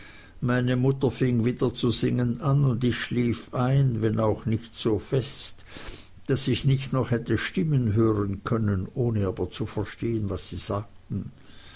meine mutter fing wieder zu singen an und ich schlief ein wenn auch nicht so fest daß ich nicht noch hätte stimmen hören können ohne aber zu verstehen was sie sagten